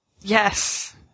Yes